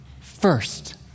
first